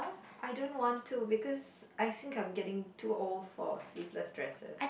I don't want to because I think I'm getting too old for sleeveless dresses